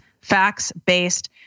Facts-based